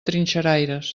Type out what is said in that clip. trinxeraires